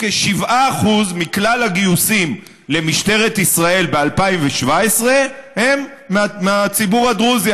7% מכלל הגיוסים למשטרת ישראל ב-2017 הם מהציבור הדרוזי.